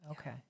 Okay